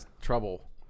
trouble